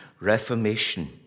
Reformation